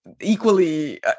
equally